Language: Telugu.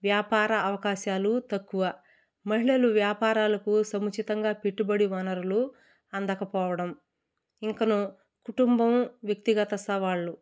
వ్యాపార అవకాశాలు తక్కువ మహిళలు వ్యాపారాలకు సముచితంగా పెట్టుబడి వనరులు అందకపోవడం ఇంకను కుటుంబం వ్యక్తిగత సవాళ్ళు